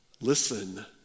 Listen